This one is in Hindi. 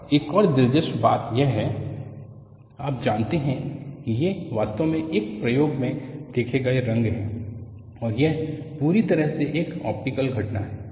और एक और दिलचस्प बात यह है आप जानते हैं कि ये वास्तव में एक प्रयोग में देखे गए रंग हैं और यह पूरी तरह से एक ऑप्टिकल घटना है